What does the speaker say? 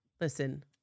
Listen